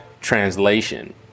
translation